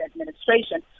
administration